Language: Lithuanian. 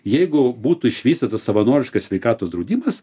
jeigu būtų išvystytas savanoriškas sveikatos draudimas